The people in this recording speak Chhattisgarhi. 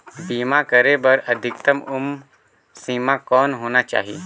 बीमा करे बर अधिकतम उम्र सीमा कौन होना चाही?